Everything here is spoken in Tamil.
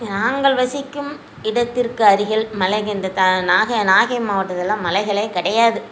நாங்கள் வசிக்கும் இடத்திற்கு அருகில் மலை என்று தா நாகை நாகை மாவட்டத்தில் மலைகளே கிடையாது